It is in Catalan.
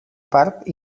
part